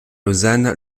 lausanne